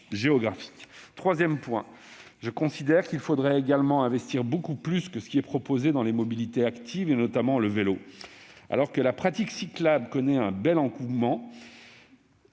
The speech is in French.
géographique. Troisièmement, je considère qu'il faudrait également investir beaucoup plus que ce qui est proposé dans les mobilités actives, notamment le vélo, alors que la pratique cyclable connaît un bel engouement.